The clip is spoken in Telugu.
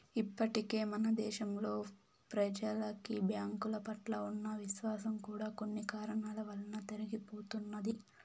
ఇప్పటికే మన దేశంలో ప్రెజలకి బ్యాంకుల పట్ల ఉన్న విశ్వాసం కూడా కొన్ని కారణాల వలన తరిగిపోతున్నది